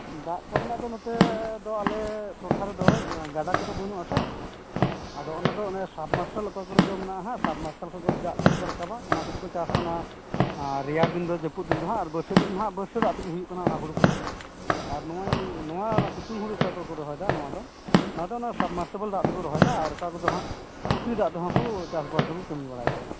ᱫᱟᱜ ᱠᱚᱨᱮᱱᱟᱜ ᱫᱚ ᱱᱚᱛᱮ ᱫᱚ ᱟᱞᱮ ᱴᱚᱴᱷᱟ ᱨᱮᱫᱚ ᱜᱟᱰᱟ ᱠᱚᱫᱚ ᱵᱟᱹᱱᱩᱜ ᱟᱥᱮ ᱟᱫᱚ ᱚᱱᱟ ᱫᱚ ᱚᱱᱮ ᱥᱟᱱᱢᱟᱨᱥᱟᱞ ᱚᱠᱟᱠᱚᱨᱮ ᱫᱚ ᱢᱟᱱᱟᱜ ᱟᱦᱟᱜ ᱥᱟᱱᱢᱟᱨᱥᱟᱞ ᱠᱷᱚᱡ ᱫᱟᱜ ᱠᱚᱫᱚ ᱠᱚ ᱨᱟᱠᱟᱵᱟ ᱚᱱᱟ ᱠᱚᱛᱮ ᱠᱚ ᱪᱟᱥᱟ ᱚᱱᱟ ᱨᱮᱭᱟᱲ ᱫᱤ ᱫᱚᱦᱟᱜ ᱡᱟᱹᱯᱩᱫ ᱫᱤᱱ ᱫᱚᱦᱟᱜ ᱟᱨ ᱵᱟᱨᱥᱟᱹ ᱫᱤᱱ ᱫᱚᱦᱟᱜ ᱵᱟᱹᱨᱥᱟᱹ ᱫᱟᱜ ᱛᱮᱜᱮ ᱦᱩᱭᱩᱜ ᱠᱟᱱᱟ ᱚᱱᱟ ᱦᱳᱲᱳ ᱠᱚᱫᱚ ᱟᱨ ᱱᱚᱣᱟ ᱥᱤᱛᱩᱝ ᱦᱳᱲᱳ ᱚᱠᱟ ᱠᱚᱨᱮ ᱠᱚ ᱨᱚᱦᱚᱭᱮᱫᱟ ᱱᱚᱣᱟ ᱫᱚ ᱱᱚᱣᱟ ᱫᱚ ᱥᱟᱱᱢᱟᱨᱥᱟ ᱵᱮᱞ ᱫᱟᱜ ᱛᱮᱠᱚ ᱨᱚᱦᱚᱭᱮᱫᱟ ᱟᱨ ᱚᱠᱟ ᱠᱚᱫᱚ ᱦᱟᱜ ᱯᱩᱠᱷᱤᱨᱤ ᱫᱟᱜ ᱛᱮᱦᱚᱸ ᱠᱚ ᱪᱟᱥᱼᱵᱟᱥ ᱫᱚᱠᱚ ᱠᱟᱹᱢᱤ ᱵᱟᱲᱟᱭ ᱜᱮᱭᱟ